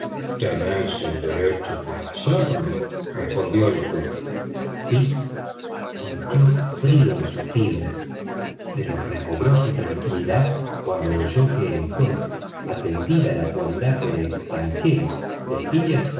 derecho de hacerlo respondió el juez fix sintió frío en sus fibras pero recobró su tranquilidad cuando oyó que el juez atendida la cualidad de extranjeros